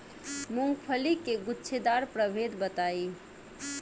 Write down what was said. मूँगफली के गूछेदार प्रभेद बताई?